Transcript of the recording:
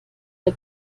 der